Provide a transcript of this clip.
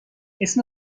اسم